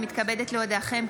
אני מתכבדת להודיעכם,